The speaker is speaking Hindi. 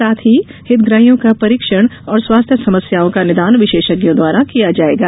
साथ ही हितग्राहियों का परीक्षण और समस्याओं का निदान विशेषज्ञों द्वारा किया जाएगा